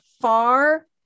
far